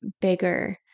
bigger